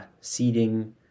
seeding